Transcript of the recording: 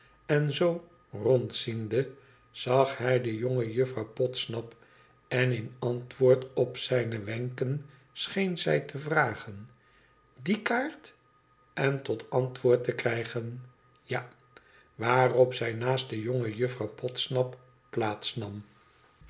n zoo rondziende zag hij de jonge juffrouw podsnap en in antwoord op zijne wenken scheen zij te vragen i die kaart en tot antwoord te krijgen ija waarop zij naast de jonge juffrouw podsnap